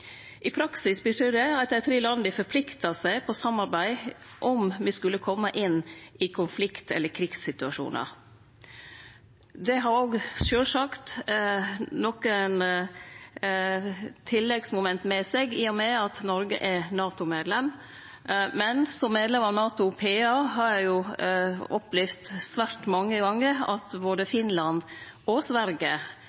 I praksis betyr det at dei tre landa forpliktar seg på samarbeid om me skulle kome i konflikt- eller krigssituasjonar. Det har òg sjølvsagt nokre tilleggsmoment med seg, i og med at Noreg er NATO-medlem, men som medlem av NATO PA har eg opplevd svært mange gonger at både